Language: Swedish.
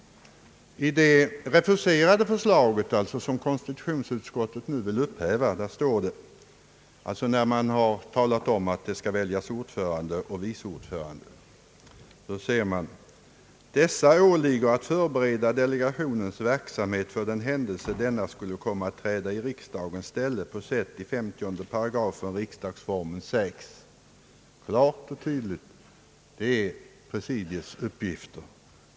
I det refuserade förslaget — alltså det förslag som konstitutionsutskottet nu vill upphäva — står det efter bestämmelserna om att ordförande och vice ordförande skall väljas: »Dessa åligger att förbereda delegationens verksamhet för den händelse denna skulle komma att träda i riksdagens ställe på sätt i 50 § regeringsformen sägs.» Det är klart och tydligt; detta är presidiets uppgifter.